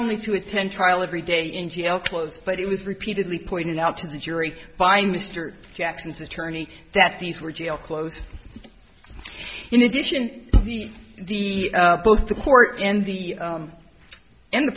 only to attend trial every day in jail clothes but he was repeatedly pointed out to the jury find mr jackson's attorney that these were jail clothes in addition to the the both the court and the and the